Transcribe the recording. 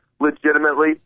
Legitimately